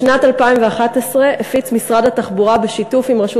בשנת 2011 הפיץ משרד התחבורה בשיתוף עם רשות